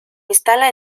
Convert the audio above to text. instala